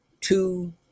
two